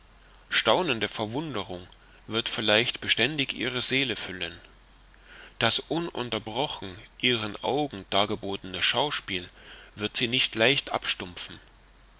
staunende verwunderung wird vielleicht beständig ihre seele füllen das ununterbrochen ihren augen dargebotene schauspiel wird sie nicht leicht abstumpfen